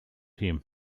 him